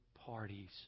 parties